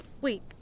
Wait